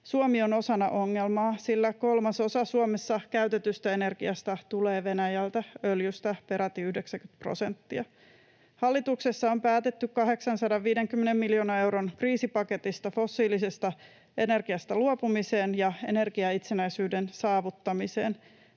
Suomi on osana ongelmaa, sillä kolmasosa Suomessa käytetystä energiasta tulee Venäjältä, öljystä peräti 90 prosenttia. Hallituksessa on päätetty 850 miljoonan euron kriisipaketista fossiilisesta energiasta luopumiseen ja energiaitsenäisyyden saavuttamiseen.